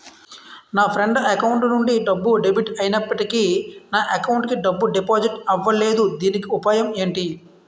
నా friend account నుండి డబ్బు డెబిట్ అయినప్పటికీ నా అకౌంట్ కి డబ్బు డిపాజిట్ అవ్వలేదుదీనికి ఉపాయం ఎంటి?